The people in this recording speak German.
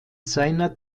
seiner